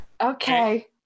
Okay